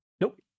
Nope